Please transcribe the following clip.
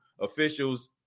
officials